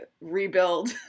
rebuild